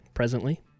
presently